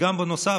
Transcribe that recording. וגם בנוסף,